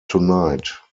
tonight